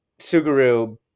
Suguru